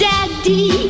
Daddy